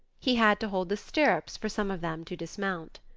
he had to hold the stirrups for some of them to dismount.